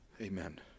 Amen